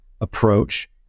approach